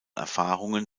erfahrungen